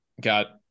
got